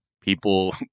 people